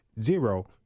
zero